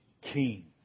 king